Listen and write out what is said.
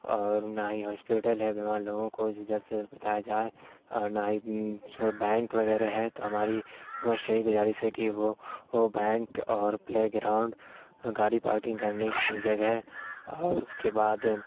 اور نہ ہی ہاسپیٹل ہے بیمار لوگوں کو جو جلد سے جلد پہنچایا جائے اور نہ ہی بینک وغیرہ ہے تو ہماری ریکویسٹ ہے گزارش ہے کہ وہ وہ بینک اور پلے گراؤنڈ گاڑی پارکنگ کرنے کی جگہ اور اس کے بعد